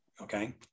Okay